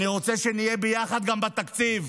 אני רוצה שנהיה ביחד גם בתקציב,